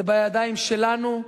זה בידיים שלנו,